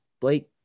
Blake